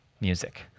Music